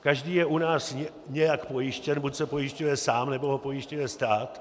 Každý je u nás nějak pojištěn, buď se pojišťuje sám, nebo ho pojišťuje stát.